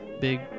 big